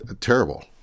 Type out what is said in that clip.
terrible